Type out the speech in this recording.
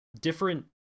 different